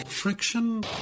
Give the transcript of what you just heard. Friction